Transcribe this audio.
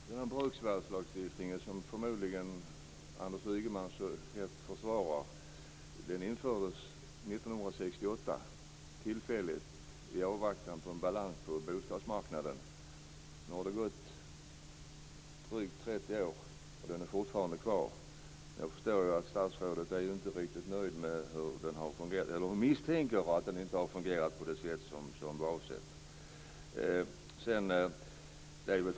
Herr talman! Den bruksvärdeslagstiftning som Anders Ygeman så hett försvarar infördes 1968 i avvaktan på en balans på bostadsmarknaden. Nu har det gått drygt 30 år, och den finns fortfarande kvar. Jag förstår att statsrådet misstänker att den inte har fungerat som avsågs.